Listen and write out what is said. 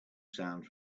sound